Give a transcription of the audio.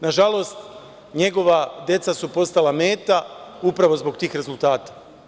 Nažalost, njegova deca su postala meta upravo zbog tih rezultata.